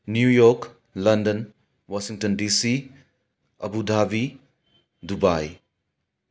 New York London Washington DC Abu Dhabi Dubai